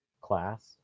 class